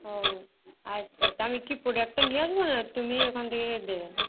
ও আচ্ছা তা আমি কি পোডাক্টটা নিয়ে আসবো না তুমি ওখান থেকে দেবে